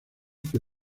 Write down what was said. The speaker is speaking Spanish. que